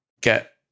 get